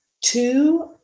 two